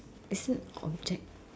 is it object